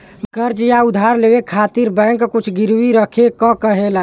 कर्ज़ या उधार लेवे खातिर बैंक कुछ गिरवी रखे क कहेला